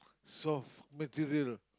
soft material